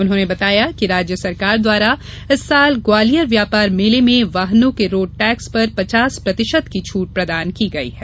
उन्होंने बताया कि राज्य सरकार द्वारा इस वर्ष ग्वालियर व्यापार मेले में वाहनों के रोडटैक्स पर पचास प्रतिशत की छूट प्रदान की गई है